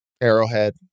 Arrowhead